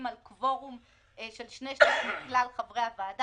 על קוורום של שני שליש מכלל חברי הוועדה,